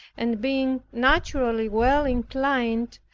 and being naturally well inclined,